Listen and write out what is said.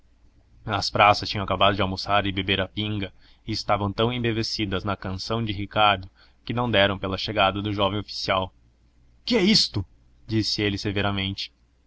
as praças tinham acabado de almoçar e beber a pinga e estavam tão embevecidas na canção de ricardo que não deram pela chegada do jovem oficial que é isto disse ele severamente